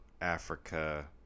Africa